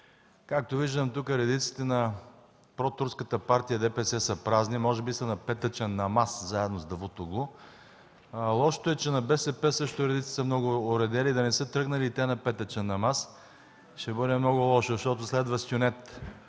Както виждам тук, редиците на протурската партия ДПС са празни, може би са на петъчен намаз заедно с Давутоглу. Лошото е, че на БСП редиците също са много оредели, да не са тръгнали и те на петъчен намаз? Ще бъде много лошо, защото следва сюнет.